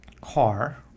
car